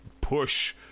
push